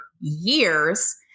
years